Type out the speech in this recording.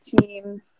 team